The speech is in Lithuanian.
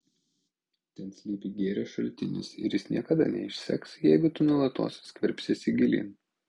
ten slypi gėrio šaltinis ir jis niekada neišseks jeigu tu nuolatos skverbsiesi gilyn